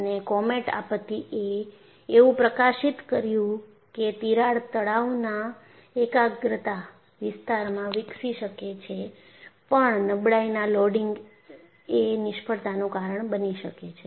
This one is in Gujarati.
અને કોમેટ આપત્તિ એ એવું પ્રકાશિત કર્યું કે તિરાડ તણાવના એકાગ્રતા વિસ્તારમાં વિકસી શકે છે પણ નબળાઈના લોડિંગ એ નિષ્ફળતાનું કારણ બની શકે છે